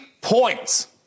points